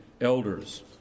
elders